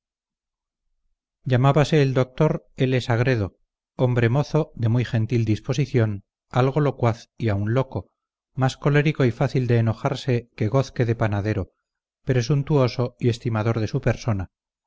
llamábase el doctor l sagredo hombre mozo de muy gentil disposición algo locuaz y aun loco más colérico y fácil de enojarse que gozque de panadero presuntuoso y estimador de su persona